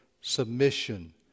submission